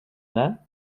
there